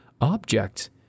objects